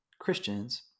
Christians